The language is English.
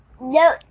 no